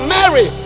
Mary